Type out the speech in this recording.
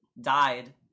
died